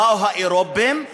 באו האירופים,